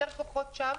יותר כוחות שם,